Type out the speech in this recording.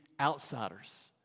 outsiders